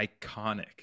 iconic